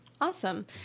Awesome